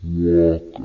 walk